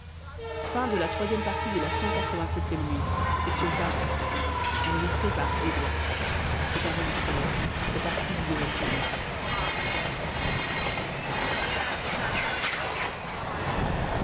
conte la nuit